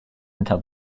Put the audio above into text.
until